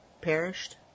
perished